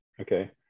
Okay